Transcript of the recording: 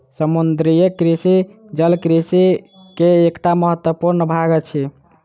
समुद्रीय कृषि जल कृषि के एकटा महत्वपूर्ण भाग अछि